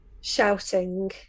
shouting